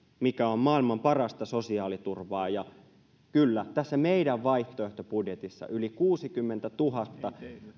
mikä on maailman parasta sosiaaliturvaa kyllä tässä meidän vaihtoehtobudjetissa yli kuusikymmentätuhatta